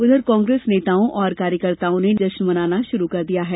उधर कांग्रेस नेताओं और कार्यकर्ताओं ने जश्न मनाना शुरू कर दिया है